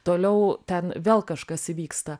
toliau ten vėl kažkas įvyksta